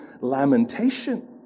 lamentation